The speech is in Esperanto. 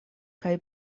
kaj